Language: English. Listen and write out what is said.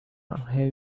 have